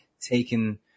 taken